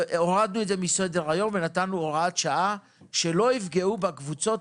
והורדנו את זה מסדר היום ונתנו הוראת שעה שלא יפגעו בקבוצות